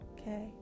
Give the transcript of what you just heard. Okay